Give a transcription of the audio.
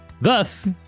Thus